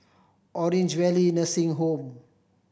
Orange Valley Nursing Home